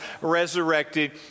resurrected